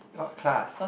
what class